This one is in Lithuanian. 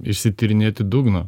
išsityrinėti dugną